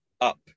up